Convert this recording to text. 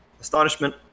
astonishment